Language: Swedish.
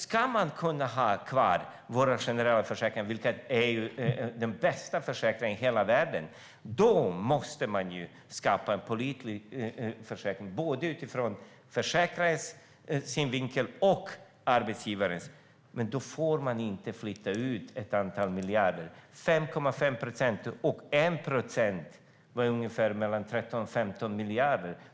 Ska man kunna ha kvar vår generella försäkring, vilken är den bästa försäkringen i hela världen, måste man skapa en pålitlig försäkring, både från den försäkrades synvinkel och från arbetsgivarens synvinkel. Då får man inte flytta ut 5,5 procent, ett antal miljarder. 1 procent var mellan 13-15 miljarder.